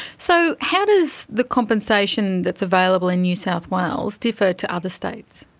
so how does the compensation that's available in new south wales differ to other states?